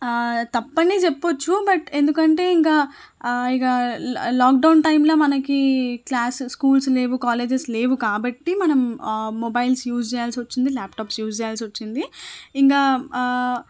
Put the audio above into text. తప్పని చెప్పవచ్చు బట్ ఎందుకంటే ఇంకా ఇక లాక్డౌన్ టైంలో మనకి క్లాస్ స్కూల్స్ లేవు కాలేజెస్ లేవు కాబట్టి మనం మొబైల్స్ యూజ్ చేయాల్సి వచ్చింది ల్యాప్టాప్స్ యూజ్ చేయాల్సి వచ్చింది ఇంకా